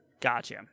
Gotcha